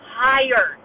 hired